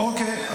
אוקיי,